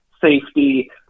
Safety